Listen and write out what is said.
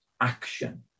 action